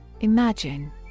imagine